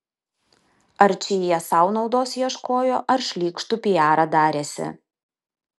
ar čia jie sau naudos ieškojo ar šlykštų piarą darėsi